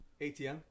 ATM